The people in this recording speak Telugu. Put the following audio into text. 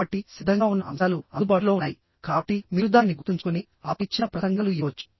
కాబట్టి సిద్ధంగా ఉన్న అంశాలు అందుబాటులో ఉన్నాయికాబట్టి మీరు దానిని గుర్తుంచుకుని ఆపై చిన్న ప్రసంగాలు ఇవ్వవచ్చు